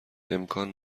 امکان